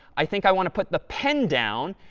i think i want to put the pen down.